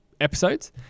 episodes